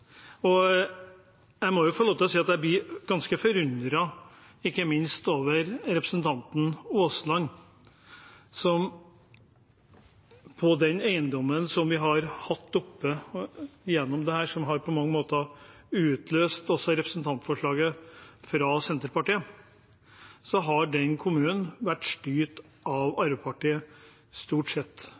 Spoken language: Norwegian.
Jeg må også få lov til å si at jeg blir ganske forundret, ikke minst over representanten Aasland, for den eiendommen som har vært oppe her, som på mange måter også har utløst representantforslaget fra Senterpartiet, ligger i en kommune som etter krigen stort sett har vært styrt av Arbeiderpartiet,